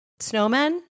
Snowmen